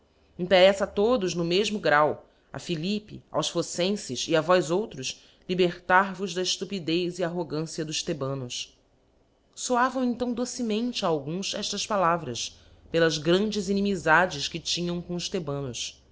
intereíta a todos no mefmo grau a philippe aos phocenfes e a vós outros libenar vos da eílupidez e arrogância dos thebanos i soavam então docemente a alguns eftas palavras pelas grandes inimizades que tinham com os thebanos